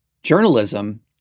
Journalism